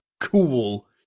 cool